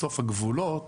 בסוף הגבולות